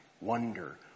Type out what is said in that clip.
wonder